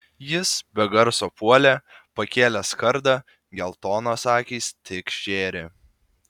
jis be garso puolė pakėlęs kardą geltonos akys tik žėri